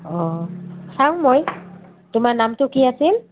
অঁ চাও মই তোমাৰ নামটো কি আছিল